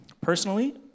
Personally